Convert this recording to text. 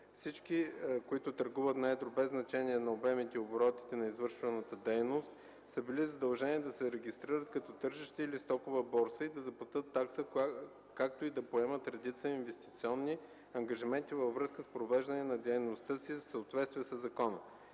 всички, които търгуват на едро, без значение на обемите и оборотите на извършваната дейност, са били задължени да се регистрират като тържище или стокова борса и да заплатят такса, както и да поемат редица инвестиционни ангажименти във връзка с привеждане на дейността си в съответствие със закона.